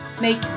make